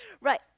Right